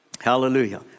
Hallelujah